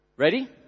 ready